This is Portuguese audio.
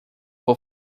por